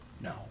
No